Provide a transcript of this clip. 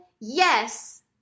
Yes